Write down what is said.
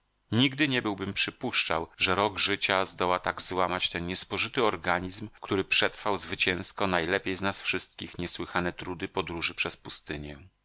nigdy nie byłbym przypuszczał że rok życia zdoła tak złamać ten niespożyty organizm który przetrwał zwycięsko najlepiej z nas wszystkich niesłychane trudy podróży przez pustynię